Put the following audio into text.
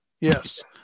Yes